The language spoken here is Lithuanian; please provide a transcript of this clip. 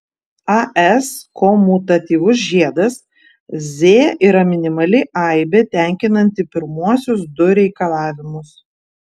as komutatyvus žiedas z yra minimali aibė tenkinanti pirmuosius du reikalavimus